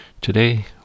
Today